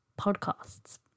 podcasts